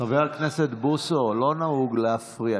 חבר הכנסת בוסו, לא נהוג להפריע.